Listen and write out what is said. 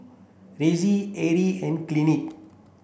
Ressie Arie and Kathlyn